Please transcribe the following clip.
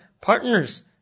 partners